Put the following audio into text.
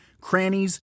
crannies